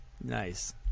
Nice